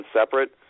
separate